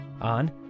on